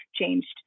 changed